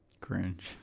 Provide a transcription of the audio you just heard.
Cringe